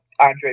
Andre